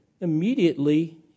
immediately